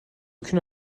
aucune